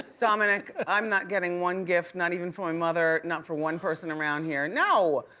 dominic, i'm not getting one gift, not even for my mother, not for one person around here. no!